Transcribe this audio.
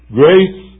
grace